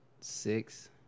six